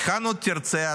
היכן עוד תרצה,